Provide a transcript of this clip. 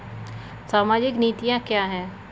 सामाजिक नीतियाँ क्या हैं?